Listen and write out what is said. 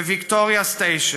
בוויקטוריה סטיישן,